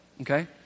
okay